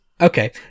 Okay